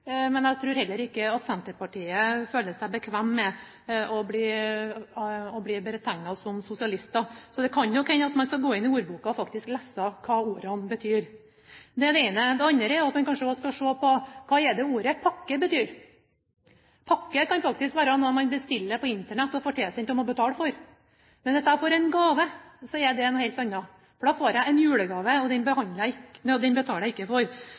men jeg tror heller ikke at Senterpartiet føler seg bekvem med å bli betegnet som sosialister. Så det kan nok hende at man bør se i ordboken og faktisk lese hva ordene betyr. Det er det ene ordet. Det andre er at en kanskje også skal se på hva ordet «pakke» betyr. Pakke kan faktisk være noe man bestiller på Internett, som man får tilsendt og må betale for. Men hvis jeg får en gave, er det noe helt annet. Får jeg en julegave, betaler jeg ikke for